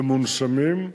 למונשמים,